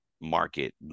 market